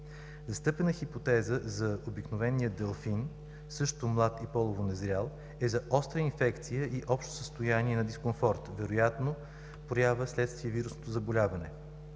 Застъпената хипотеза за обикновения делфин, също млад и полово незрял, е за остра инфекция и общо състояние на дискомфорт, вероятно проява вследствие на вирусното заболяване.